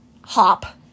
Hop